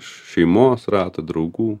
šeimos rato draugų